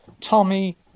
Tommy